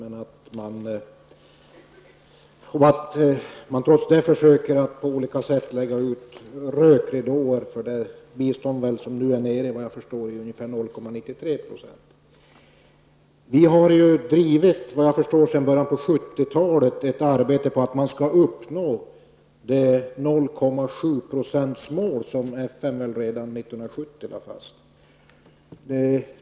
Men trots det försöker man på olika sätt lägga ut rökridåer för en minskning av biståndet till vad jag förstår Vi har sedan början på 1970-talet drivit ett arbete på att uppnå det 0,7-procentsmål som FN lade fast redan 1970.